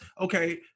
okay